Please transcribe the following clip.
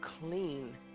clean